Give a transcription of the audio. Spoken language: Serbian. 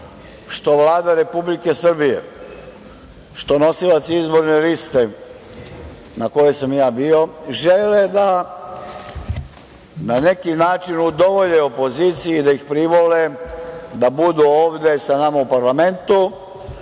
što Vlada Republike Srbije, što nosilac izborne liste na kojoj sam ja bio, žele na neki način da udovolje opoziciji, da ih privole da budu ovde sa nama u parlamentu.